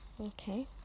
Okay